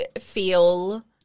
feel